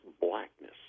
blackness